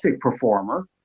performer